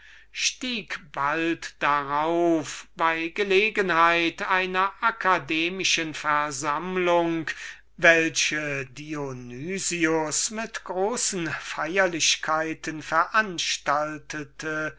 stieg bald darauf bei gelegenheit einer akademischen versammlung welche dionys mit großen feierlichkeiten veranstaltete